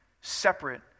separate